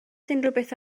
rhywbeth